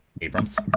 Abrams